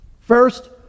First